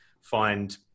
find